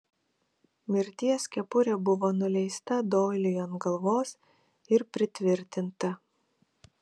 mirties kepurė buvo nuleista doiliui ant galvos ir pritvirtinta